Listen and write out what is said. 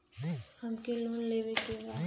हमके लोन लेवे के बा?